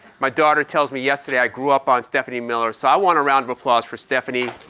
my daughter tells me yesterday, i grew up on stephanie miller. so i want a round of applause for stephanie.